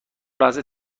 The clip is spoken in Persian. لحظه